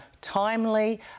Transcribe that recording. timely